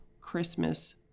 Christmas